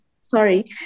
sorry